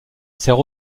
sert